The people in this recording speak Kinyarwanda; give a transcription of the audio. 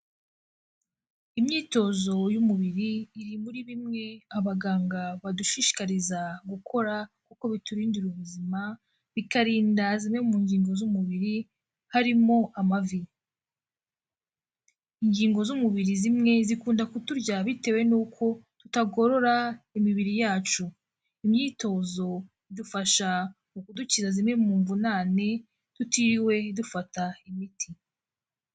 Imyitozo y'umubiri iri muri bimwe abaganga badushishikariza gukora kuko biturindira ubuzima, bikarinda zimwe mu ngingo z'umubiri, harimo amavi, ingingo z'umubiri zimwe zikunda kuturya bitewe n'uko tutagorora imibiri yacu, imyitozo idufasha mu kudukiza zimwe mu mvunane tutiriwe dufata imiti.